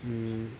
hmm